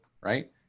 right